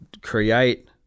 create